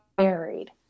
Married